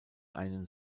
einen